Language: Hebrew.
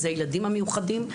אלו הילדים המיוחדים,